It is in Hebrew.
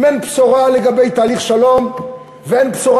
אם אין בשורה לגבי תהליך השלום ואין בשורה